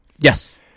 Yes